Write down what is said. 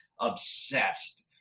obsessed